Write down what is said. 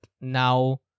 now